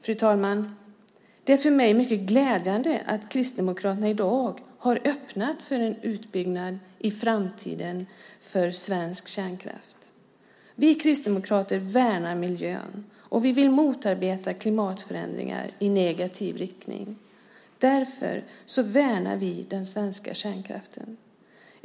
Fru talman! Det är för mig mycket glädjande att Kristdemokraterna i dag har öppnat för en utbyggnad av svensk kärnkraft i framtiden. Vi kristdemokrater värnar miljön, och vi vill motarbeta klimatförändringar i negativ riktning. Därför värnar vi den svenska kärnkraften.